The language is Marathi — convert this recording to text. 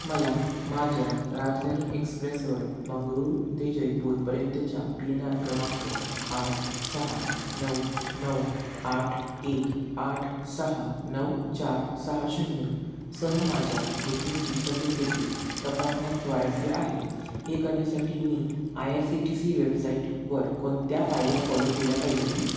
मला माझ्या राजधानी एक्सप्रेसवर बंगळूर ते जयपूरपर्यंतच्या पी एन आर क्रमांक आठ सहा नऊ नऊ आठ एक आठ सहा नऊ चार सहा शून्य सह माझ्या बुकिंगची सद्यस्थिती तपासण्यात स्वारस्य आहे हे करण्यासाठी मी I R C T C वेबसाईटवर कोणत्या पायऱ्या फॉलो केल्या पाहिजेत